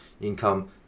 Income